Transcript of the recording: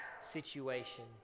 situation